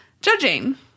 judging